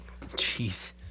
Jeez